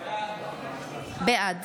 בעד